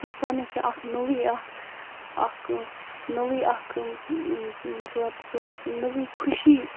اِنسانَس چھُ اکھ نوٚوٕے اکھ اکھ نوٚوٕے اکھ مَطلَب سُہ نوٚوٕے خوشی